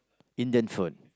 Indian food